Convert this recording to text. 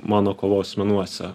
mano kovos menuose